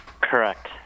Correct